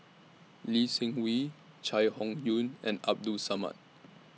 Lee Seng Wee Chai Hon Yoong and Abdul Samad